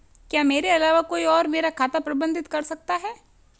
क्या मेरे अलावा कोई और मेरा खाता प्रबंधित कर सकता है?